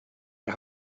der